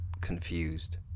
confused